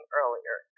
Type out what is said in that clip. earlier